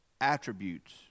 attributes